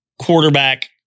quarterback